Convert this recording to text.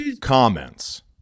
comments